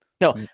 No